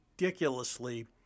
ridiculously